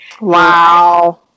Wow